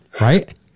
right